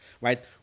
right